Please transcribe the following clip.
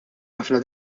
ħafna